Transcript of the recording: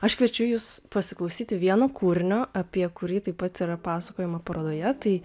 aš kviečiu jus pasiklausyti vieno kūrinio apie kurį taip pat yra pasakojama parodoje tai